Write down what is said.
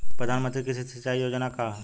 प्रधानमंत्री कृषि सिंचाई योजना का ह?